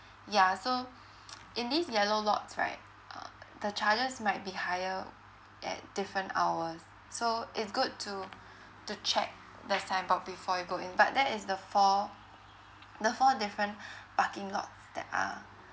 yeah so in these yellow lots right err the charges might be higher at different hours so it's good to to check the signboard before you go in but that is the four the four different parking lots that are